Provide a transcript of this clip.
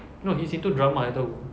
no he's into drama I tahu